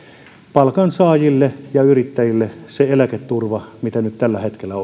palkansaajille ja yrittäjille se eläketurva mitä nyt tällä hetkellä